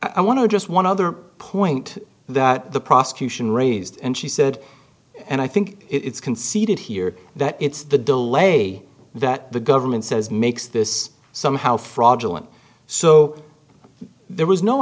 add just one other point that the prosecution raised and she said and i think it's conceded here that it's the delay that the government says makes this somehow fraudulent so there was no